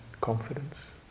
confidence